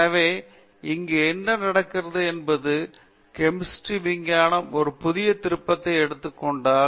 எனவே இங்கு என்ன நடந்தது என்பது கெமிஸ்ட்ரி விஞ்ஞானம் ஒரு புதிய திருப்பத்தை எடுத்துக் கொண்டால்